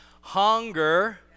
hunger